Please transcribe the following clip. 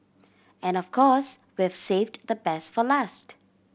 and of course we've saved the best for last